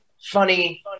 funny